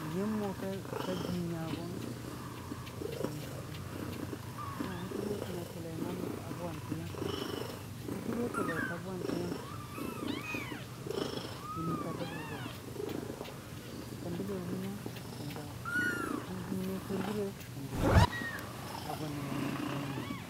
Yəm mo ka bii nyagʊwʊng, ka bii nyagʊwʊng kən wutu gotəna chʊlleta bontiyəng, wutugo chʊlleta bontiyəng, wunt ka dəb wʊgo a jav, kən dəbe wiinang n'jaʊ, kən dəbe wiinang n'jaʊ, kən buwəne fur gəre kən diye a gʊn nəngugai mən buwong wi